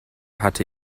hatte